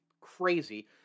crazy